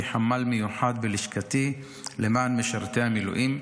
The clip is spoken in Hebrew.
חמ"ל מיוחד בלשכתי למען משרתי המילואים,